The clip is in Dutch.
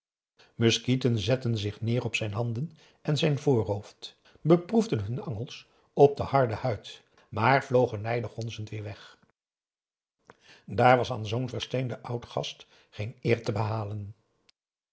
muskieten zetten zich neer op zijn handen en zijn voorhoofd beproefden hun angels op de harde huid maar vlogen nijdig gonzend weêr weg daar was aan zoo'n versteenden oud gast geen eer te behalen